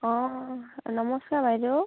অঁ নমস্কাৰ বাইদেউ